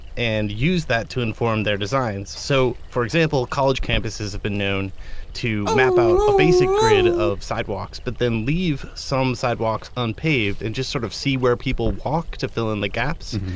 and use that to inform their designs. so for example, college campuses have been known to map out a basic grid of sidewalks, but then leave some sidewalks unpaved and just sort of see where people walk to fill in the gaps.